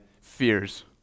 fears